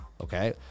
okay